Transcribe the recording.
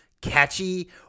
catchy